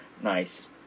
nice